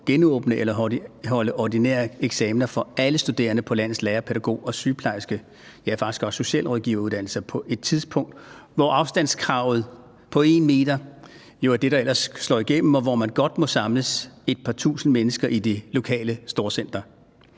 genåbne eller holde ordinære eksamener for alle studerende på landets lærer-, pædagog-, sygeplejerske- og faktisk også socialrådgiveruddannelser på et tidspunkt, hvor afstandskravet på 1 m jo ellers er det, der slår igennem, og hvor man godt må samles et par tusind mennesker i det lokale storcenter.